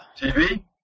TV